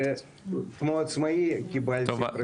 כמו עצמאי קיבלתי פרטי.